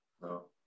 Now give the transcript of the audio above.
No